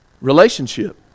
Relationship